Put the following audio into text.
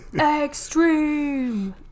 Extreme